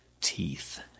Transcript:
teeth